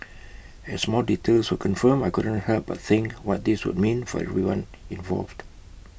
as more details were confirmed I couldn't help but think what this would mean for everyone involved